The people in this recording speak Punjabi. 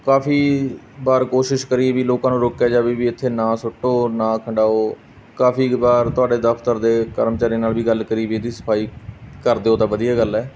ਕਾਫ਼ੀ ਵਾਰ ਕੋਸ਼ਿਸ਼ ਕਰੀ ਵੀ ਲੋਕਾਂ ਨੂੰ ਰੋਕਿਆ ਜਾਵੇ ਵੀ ਇੱਥੇ ਨਾ ਸੁੱਟੋ ਨਾ ਖੰਡਾਓ ਕਾਫ਼ੀ ਵਾਰ ਤੁਹਾਡੇ ਦਫ਼ਤਰ ਦੇ ਕਰਮਚਾਰੀ ਨਾਲ ਵੀ ਗੱਲ ਕਰੀ ਵੀ ਇਹਦੀ ਸਫਾਈ ਕਰ ਦਿਓ ਤਾਂ ਵਧੀਆ ਗੱਲ ਹੈ